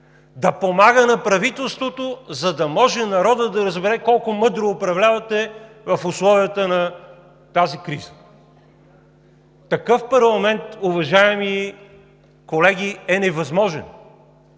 да помага на правителството, за да може народът да разбере колко мъдро управлявате в условията на тази криза! Такъв парламент, уважаеми колеги, е невъзможен!